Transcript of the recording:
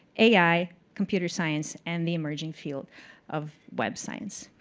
ai, computer science, and the emerging field of web science.